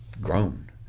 grown